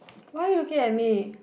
why are you looking at me